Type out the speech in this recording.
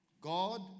God